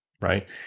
Right